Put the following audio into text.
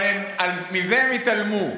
מזה הם התעלמו.